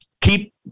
keep